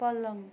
पलङ